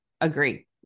agree